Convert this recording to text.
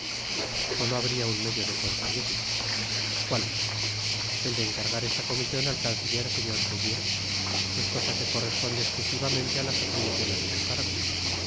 solo habria un medio de conseguirlas cual el de encargar esta comision al canciller señor seguier es cosa que corresponde esclusivamente á las atribuciones de su cargo